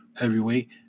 heavyweight